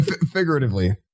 figuratively